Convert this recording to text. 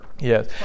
Yes